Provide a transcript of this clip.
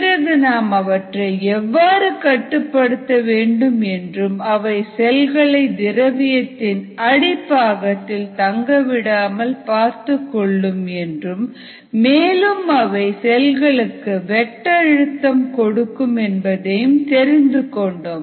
பிறகு நாம் அவற்றை எவ்வாறு கட்டுப்படுத்த வேண்டும் என்றும் அவை செல்களை திரவியத்தின் அடிபாகத்தில் தங்க விடாமல் பார்த்துக் கொள்ளும் என்றும் மேலும் அவை செல்களுக்கு வெட்ட அழுத்தம் கொடுக்கும் என்பதையும் தெரிந்து கொண்டோம்